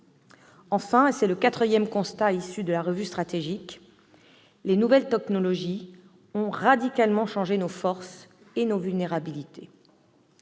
Enfin- c'est le quatrième constat issu de la revue stratégique -, les nouvelles technologies ont radicalement changé nos forces et nos vulnérabilités.